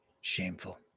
Shameful